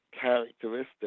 characteristic